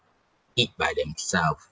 eat by themselves